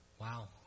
Wow